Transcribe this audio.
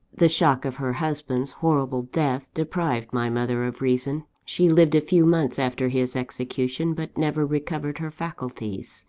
the shock of her husband's horrible death deprived my mother of reason. she lived a few months after his execution but never recovered her faculties.